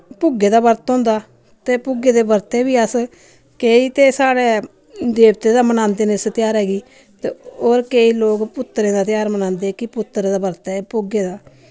भुग्गे दा बर्त होंदा ते भुग्गे दे बर्ते बी अस केईं ते साढ़े देवते दे मनांदे न इस तेहारा गी ते और केईं लोक पुत्तरें दा तेहार मनांदे कि पुत्तरे दा बर्त ऐ एह् भुग्गे दा